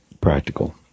practical